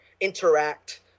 interact